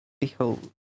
Behold